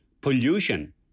pollution